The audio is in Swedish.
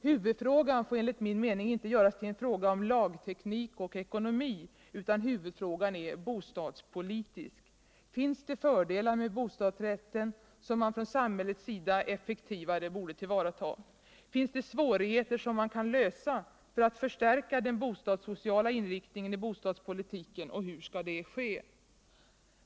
Huvudfrågan får enligt min mening inte göras till en fråga om lagteknik och ekonomi, utan huvudfrågan är bostadspolitisk. Finns det fördelar med bostadsrätten som man från samhällets sida effektivare borde tillvarata? Finns det svårigheter som man kan lösa för att förstärka den bostadssociala inriktningen i bostadspolitiken, och hur skall det ske?